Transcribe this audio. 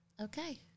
Okay